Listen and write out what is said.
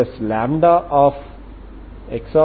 అది Xxc1cos μx c2sin μx